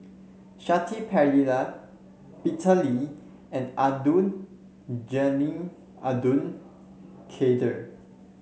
Shanti Pereira Peter Lee and Abdul Jalil Abdul Kadir